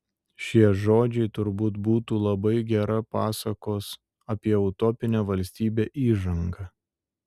šie žodžiai turbūt būtų labai gera pasakos apie utopinę valstybę įžanga